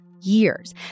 years